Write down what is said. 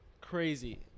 Crazy